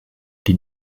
die